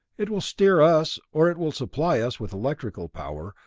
it will steer us or it will supply us with electrical power,